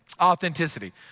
Authenticity